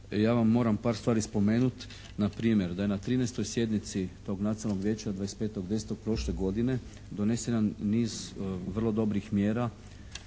Ja vam moram par stvari spomenuti npr. da je na 13. sjednici tog Nacionalnog vijeća 25.10. prošle godine donesena niz vrlo dobrih mjera